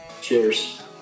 Cheers